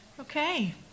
Okay